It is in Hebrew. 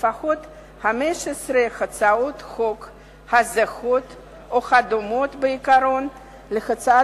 לפחות 15 הצעות הזהות או הדומות בעיקרון להצעה